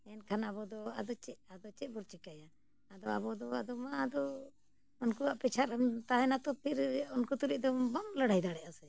ᱮᱱᱠᱷᱟᱱ ᱟᱵᱚᱫᱚ ᱟᱫᱚ ᱪᱮᱫ ᱟᱫᱚ ᱪᱮᱫᱵᱚᱱ ᱪᱤᱠᱟᱹᱭᱟ ᱟᱫᱚ ᱟᱵᱚᱫᱚ ᱟᱫᱚ ᱢᱟ ᱟᱫᱚ ᱩᱱᱠᱩᱣᱟᱜ ᱯᱮᱪᱷᱟᱱ ᱨᱮᱢ ᱛᱟᱦᱮᱱᱟ ᱛᱚ ᱯᱷᱤᱨ ᱩᱱᱠᱩ ᱛᱩᱞᱩᱡ ᱫᱚ ᱵᱟᱢ ᱞᱟᱹᱲᱦᱟᱹᱭ ᱫᱟᱲᱮᱭᱟᱜᱼᱟ ᱥᱮ